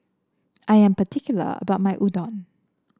I am particular about my Udon